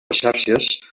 xàrcies